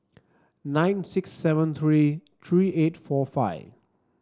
nine six seven three three eight four five